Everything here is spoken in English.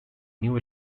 new